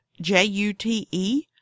j-u-t-e